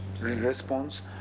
response